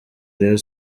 rayon